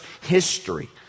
history